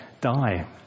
die